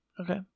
Okay